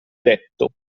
detto